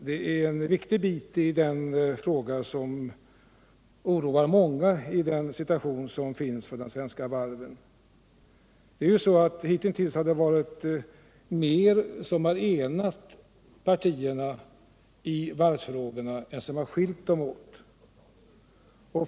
Det är en viktig bit som oroar många i den nuvarande situationen för de svenska varven. Hitintills har det varit mer som enat partierna i varvsfrågorna än som skiljt dem åt.